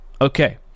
okay